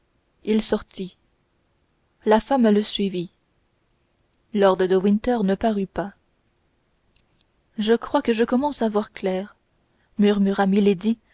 il sortit la femme le suivit lord de winter ne parut pas je crois que je commence à voir clair murmura